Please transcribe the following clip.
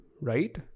right